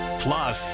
plus